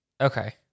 Okay